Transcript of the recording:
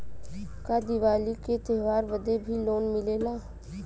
का दिवाली का त्योहारी बदे भी लोन मिलेला?